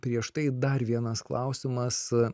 prieš tai dar vienas klausimas